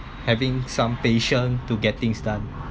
having some patience to get things done